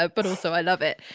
ah but also i love it.